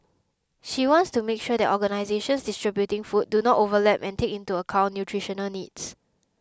she wants to make sure that organisations distributing food do not overlap and take into account nutritional needs